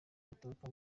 baturuka